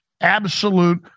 Absolute